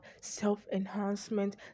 self-enhancement